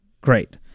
great